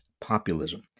populism